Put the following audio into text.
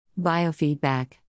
Biofeedback